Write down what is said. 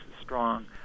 strong